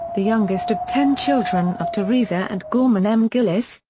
the youngest of ten children of teresa and gorman m. gillis,